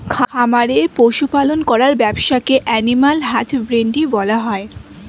খামারে পশু পালন করার ব্যবসাকে অ্যানিমাল হাজবেন্ড্রী বলা হয়